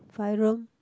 five room